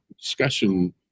discussion